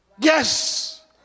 Yes